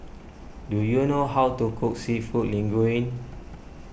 do you know how to cook Seafood Linguine